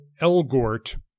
Elgort